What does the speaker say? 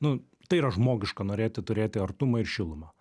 nu tai yra žmogiška norėti turėti artumą ir šilumą